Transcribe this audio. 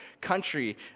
country